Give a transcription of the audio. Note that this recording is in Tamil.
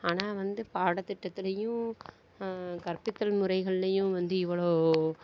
ஆனால் வந்து பாடத்திட்டத்துலேயும் கற்பித்தல் முறைகள்லேயும் வந்து இவ்வளோ